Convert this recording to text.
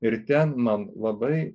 ir ten man labai